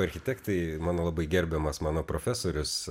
architektai mano labai gerbiamas mano profesorius